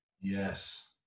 Yes